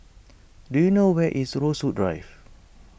do you know where is Rosewood Drive